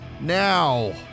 Now